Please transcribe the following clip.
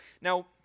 Now